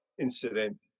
incident